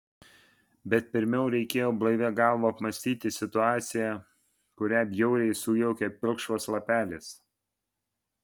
bet pirmiau reikėjo blaivia galva apmąstyti situaciją kurią bjauriai sujaukė pilkšvas lapelis